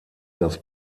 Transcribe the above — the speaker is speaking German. dass